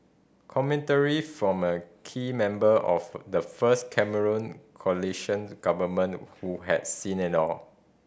commentary from a key member of the first Cameron coalition government who had seen it all